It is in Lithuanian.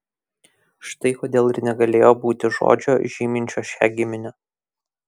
štai kodėl ir negalėjo būti žodžio žyminčio šią giminę